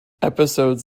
episodes